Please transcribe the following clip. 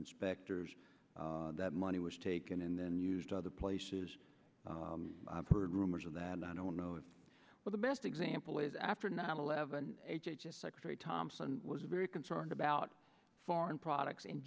inspectors that money was taken and then used other places i've heard rumors of that and i don't know what the best example is after nine eleven secretary thompson was very concerned about foreign products in